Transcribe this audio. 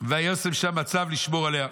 "וישם שם מצב לשמור עליה.